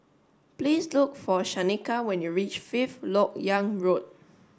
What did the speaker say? please look for Shaneka when you reach Fifth Lok Yang Road